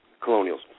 Colonials